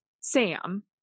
sam